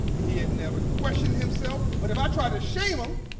he had never questioned himself. but if i tried to shame him,